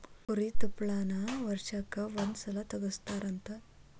ಕುರಿ ತುಪ್ಪಳಾನ ವರ್ಷಕ್ಕ ಒಂದ ಸಲಾ ತಗಸತಾರಂತ